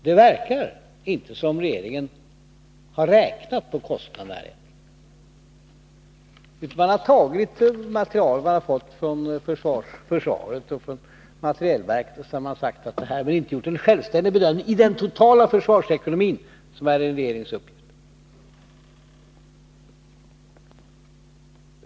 Det verkar som om regeringen själv inte har räknat på kostnaderna utan har tagit material som den fått från försvaret och materielverket. Sedan har man inte gjort någon självständig bedömning av den totala försvarsekonomin, vilket är en regerings uppgift.